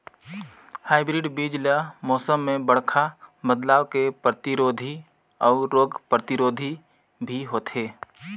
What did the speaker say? hybrid बीज ल मौसम में बड़खा बदलाव के प्रतिरोधी अऊ रोग प्रतिरोधी भी होथे